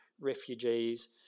refugees